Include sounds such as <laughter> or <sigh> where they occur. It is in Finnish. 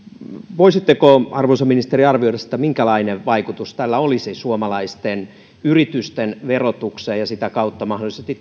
voisitteko arvoisa ministeri arvioida sitä minkälainen vaikutus tällä olisi suomalaisten yritysten verotukseen ja sitä kautta mahdollisesti <unintelligible>